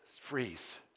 freeze